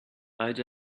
add